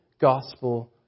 gospel